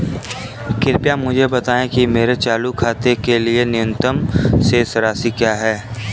कृपया मुझे बताएं कि मेरे चालू खाते के लिए न्यूनतम शेष राशि क्या है?